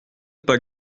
pas